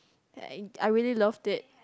I really loved it